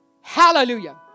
Hallelujah